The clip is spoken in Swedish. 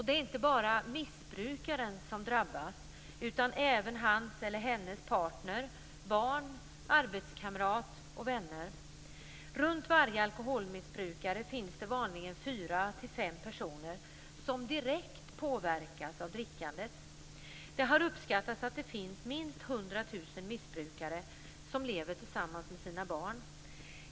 Det är inte bara missbrukaren som drabbas utan även hans eller hennes partner, barn, arbetskamrater och vänner. Runt varje alkoholmissbrukare finns det vanligen fyra till fem personer som direkt påverkas av drickandet. Det har uppskattats att det finns minst 100 000 missbrukare som lever tillsammans med sina barn.